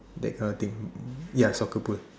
that kind of thing ya soccer pool